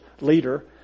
leader